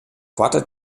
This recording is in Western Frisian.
koarte